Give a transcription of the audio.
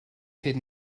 fet